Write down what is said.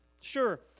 Sure